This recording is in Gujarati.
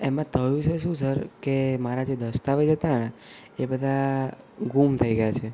એમાં થયું છે શું સર કે મારા જે દસ્તાવેજ હતાં ને એ બધાં ગુમ થઈ ગયાં છે